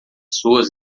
suas